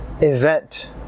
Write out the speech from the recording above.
event